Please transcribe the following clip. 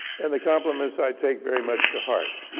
and the compliments i take very much to heart,